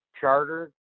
Charter